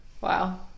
Wow